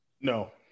No